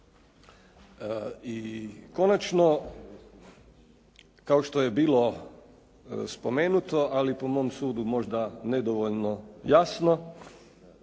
I konačno, kao što je bilo spomenuto, a po mom sudu možda nedovoljno jasno.